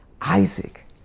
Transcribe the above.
Isaac